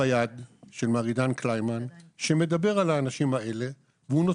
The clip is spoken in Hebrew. אני מאוד מבקש לקחת את האנשים האלה שהם במספרים קטנים ולהשוות